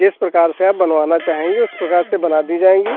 जिस प्रकार से आप बनवाना चाहेंगे उस प्रकार से बना दी जाएगी